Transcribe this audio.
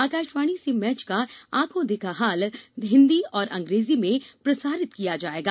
आकाशवाणी से मैच का आंखों देखा हाल हिन्दी और अंग्रेजी में प्रसारित किया जाएगा